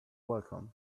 welcome